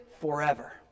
forever